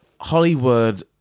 Hollywood